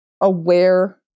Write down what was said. aware